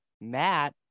Matt